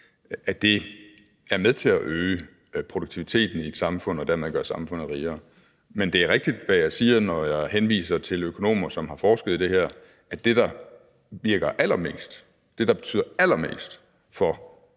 osv., er med til at øge produktiviteten i et samfund og dermed gøre samfundet rigere. Men det er rigtigt, hvad jeg siger, når jeg henviser til økonomer, som har forsket i det her, altså at det, der virker allermest, det, der betyder allermest, og klart mere